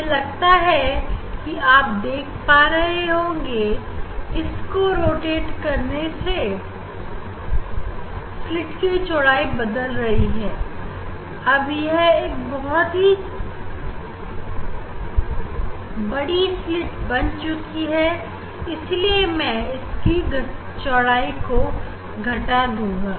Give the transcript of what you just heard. मुझे लगता है कि आप देख पा रहे होंगे कि इसे रोटेट करने से स्लीट की चौड़ाई बढ़ रही है और अब यह एक बहुत बड़ी स्लीट बन चुकी है इसीलिए मैं अब इसकी चौड़ाई को घटा दूंगा